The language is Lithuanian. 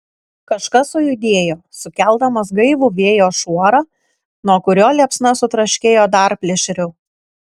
kažkas sujudėjo sukeldamas gaivų vėjo šuorą nuo kurio liepsna sutraškėjo dar plėšriau